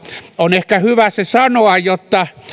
on ehkä hyvä se sanoa jotta